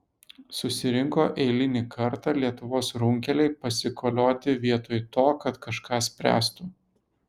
susirinko eilinį kartą lietuvos runkeliai pasikolioti vietoj to kad kažką spręstų